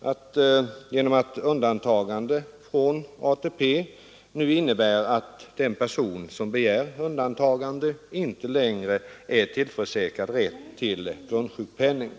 att ett undantagande från ATP innebär att den som begär undantagandet inte längre är tillförsäkrad rätt till grundsjukpenning.